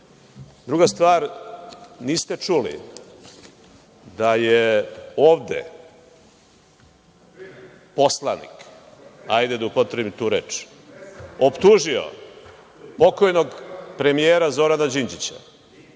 stvar. Druga stvar, niste čuli, da je ovde poslanik, hajde da upotrebim tu reč, optužio pokojnog premijera Zorana Đinđića